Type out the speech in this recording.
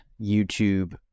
youtube